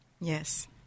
yes